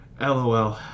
LOL